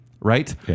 right